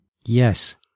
Yes